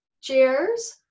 Cheers